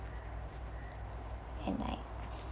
and like